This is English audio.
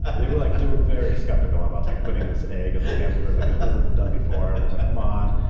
and they were like they were very skeptical about like putting this egg on this hamburger like it had never been done before. and i was like come on.